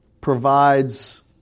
provides